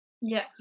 yes